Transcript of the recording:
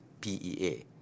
PEA